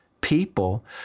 people